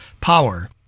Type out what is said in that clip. power